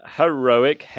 heroic